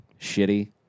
Shitty